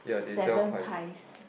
seven pies